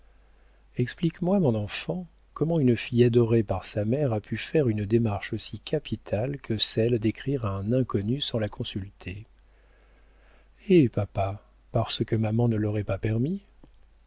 explique-moi mon enfant comment une fille adorée par sa mère a pu faire une démarche aussi capitale que celle d'écrire à un inconnu sans la consulter hé papa parce que maman ne l'aurait pas permis